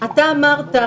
אתה אמרת,